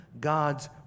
God's